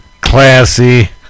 classy